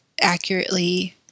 accurately